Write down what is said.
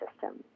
system